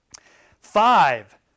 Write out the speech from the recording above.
Five